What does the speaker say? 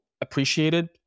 appreciated